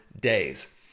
days